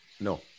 No